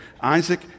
Isaac